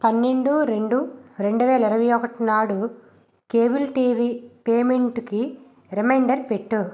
పన్నెండు రెండు రెండు వేల ఇరవై ఒకటి నాడు కేబుల్ టీవీ పేమెంటుకి రిమైండర్ పెట్టు